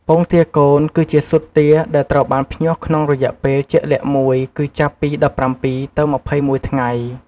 ពងទាកូន គឺជាស៊ុតទាដែលត្រូវបានភ្ញាស់ក្នុងរយៈពេលជាក់លាក់មួយ គឺចាប់ពី ១៧ ទៅ ២១ ថ្ងៃ។